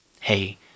Hey